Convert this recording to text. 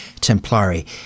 templari